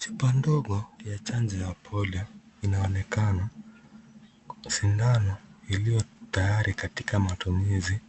Chupa ndogo ya chanjo ya polio inaonekana, sindano iliyo tayari katika matumizi